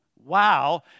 Wow